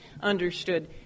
understood